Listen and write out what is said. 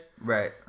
right